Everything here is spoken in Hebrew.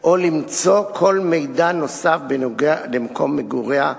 או למצוא כל מידע נוסף בנוגע למקום מגוריה,